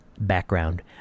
background